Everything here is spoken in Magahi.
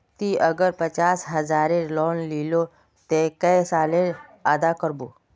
ती अगर पचास हजारेर लोन लिलो ते कै साले अदा कर बो?